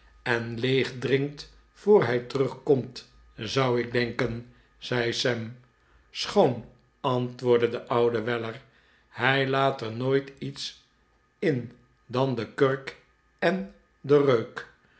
en leeg drinkt voor hij terugkomt zou ik denken zei sam schoon antwoordde de oude weller hij laat er nooit iets in dan de kurk en den reuk